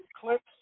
Clips